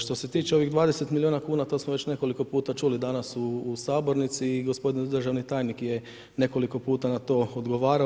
Što se tiče ovih 20 milijuna kuna, to smo već nekoliko puta čuli danas u sabornici i gospodin državni tajnik je nekoliko na puta na to odgovarao.